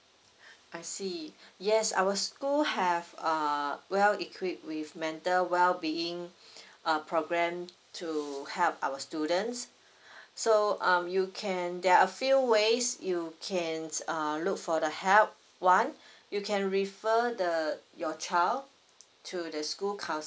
I see yes our school have uh well equipped with mental well being uh program to help our students so um you can there are a few ways you can err look for the help one you can refer the your child to the school counsellor